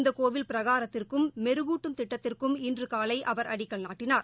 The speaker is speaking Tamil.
இந்தக் கோவில் பிரகாரத்திற்கும் மெருகூட்டும் திட்டத்திற்கும் இன்று காலை அவர் அடிக்கல் நாட்டினார்